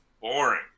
boring